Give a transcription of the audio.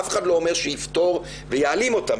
אף אחד לא אומר שיפתור ויעלים אותם,